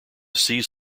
seize